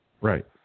Right